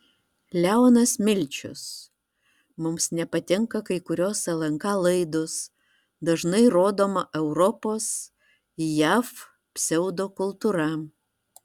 leonas milčius mums nepatinka kai kurios lnk laidos dažnai rodoma europos jav pseudokultūra